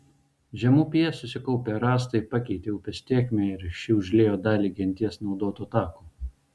žemupyje susikaupę rąstai pakeitė upės tėkmę ir ši užliejo dalį genties naudoto tako